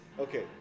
Okay